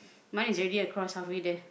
mine is already across halfway there